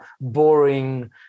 boring